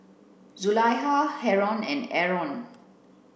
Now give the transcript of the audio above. Zulaikha Haron and Aaron